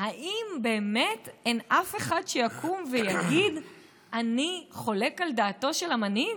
האם באמת אין אף אחד שיקום ויגיד: אני חולק על דעתו של המנהיג?